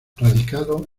radicado